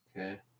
Okay